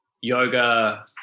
yoga